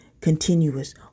continuous